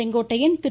Sengottaiyan Thiru